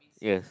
yes